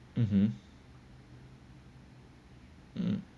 mmhmm